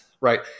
right